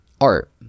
art